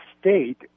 state